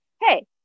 Hey